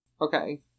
Okay